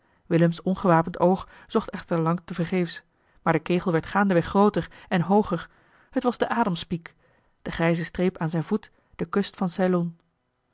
willems ongewapend oog zocht echter lang te vergeefs maar de kegel werd gaandeweg grooter en hooger het was de adamspiek de grijze streep aan zijn voet de kust van ceylon